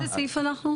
באיזה סעיף אנחנו?